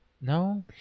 No